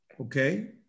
Okay